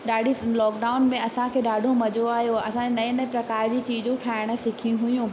ॾाढी लॉकडाउन में असांखे ॾाढो मज़ो आहियो असां नए नए प्रकार जी चीजूं ठाहिणु सिखियूं हुयूं